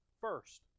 first